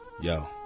Yo